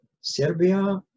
Serbia